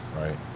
right